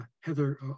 Heather